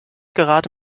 gerade